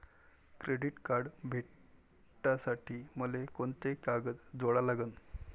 Credit card भेटासाठी मले कोंते कागद जोडा लागन?